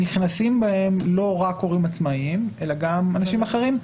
נכנסים אליהן לא רק הורים עצמאיים אלא גם אנשים אחרים,